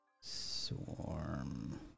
Swarm